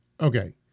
Okay